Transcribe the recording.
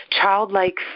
childlike